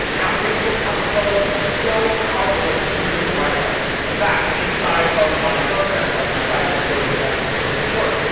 now facebook cover photo is so powerful if you use it the right way. in fact, inside of my programs, like my five minute social method signature course,